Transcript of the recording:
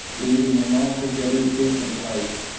leading an altogether different life.